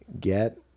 Get